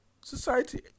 Society